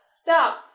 stop